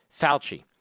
Fauci